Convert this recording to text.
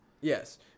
Yes